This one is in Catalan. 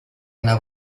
una